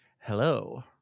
hello